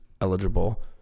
eligible